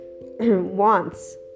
wants